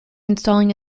installing